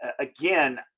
again